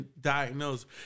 diagnosed